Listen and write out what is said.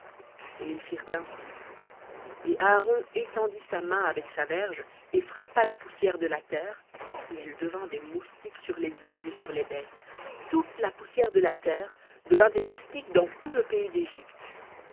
et ils firent ainsi et aaron étendit sa main avec sa verge et frappa la poussière de la terre et elle devint des moustiques sur les hommes et sur les bêtes toute la poussière de la terre devint des moustiques dans tout le pays d'égypte